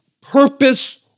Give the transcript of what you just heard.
purpose